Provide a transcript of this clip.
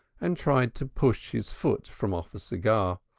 and tried to push his foot from off the cigar.